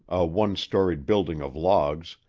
a one-storied building of logs,